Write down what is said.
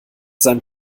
seinem